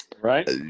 right